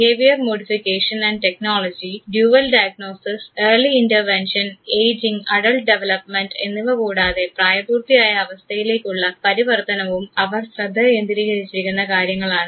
behaviour modification and technology dual diagnosis early intervention ageing adult development എന്നിവ കൂടാതെ പ്രായപൂർത്തിയായ അവസ്ഥയിലേക്കുള്ള പരിവർത്തനവും അവർ ശ്രദ്ധ കേന്ദ്രീകരിച്ചിരിക്കുന്ന കാര്യങ്ങളാണ്